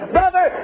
Brother